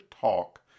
talk